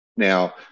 Now